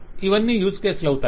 ఇవన్నీ యూజ్ కేసులు అవుతాయి